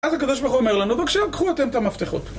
אז הקב"ה אומר לנו, בבקשה קחו אתם ת'מפתחות